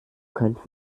könnt